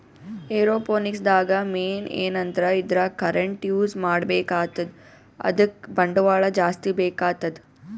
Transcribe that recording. aeroponics ದಾಗ್ main ಏನಂದ್ರ ಇದ್ರಾಗ್ ಕರೆಂಟ್ ಯೂಸ್ ಮಾಡ್ಬೇಕ್ ಆತದ್ ಅದಕ್ಕ್ ಬಂಡವಾಳ್ ಜಾಸ್ತಿ ಬೇಕಾತದ್